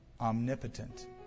omnipotent